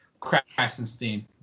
Krasenstein